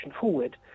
forward